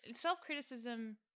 Self-criticism